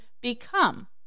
become